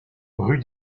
rue